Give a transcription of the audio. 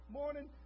morning